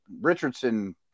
Richardson